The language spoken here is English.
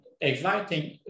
exciting